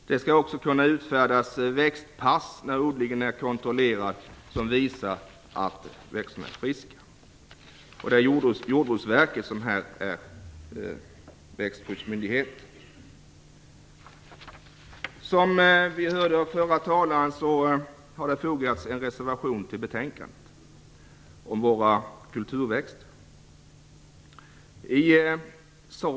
Det skall också kunna utfärdas växtpass när odlingen är kontrollerad som visar att växterna är friska. Det är Jordbruksverket som även här är växtskyddsmyndigheten. Som vi hört har det fogats en reservation om våra kulturväxter till betänkandet.